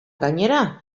gainera